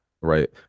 Right